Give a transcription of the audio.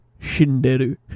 Shinderu